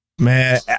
Man